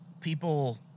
people